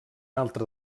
altre